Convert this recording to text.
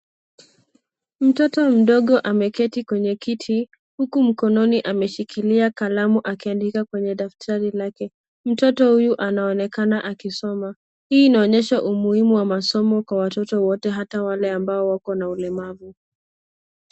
Mtoto mdogo ameketi kwenye kiti, huku mkononi ameshikilia kalamu akiandika kwenye daftari lake. Mtoto huyu anaonekana akisoma. Hii inaonyesha umuhimu wa masomo kwa watoto wote ata wale ambao wako na ulemavu.